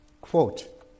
Quote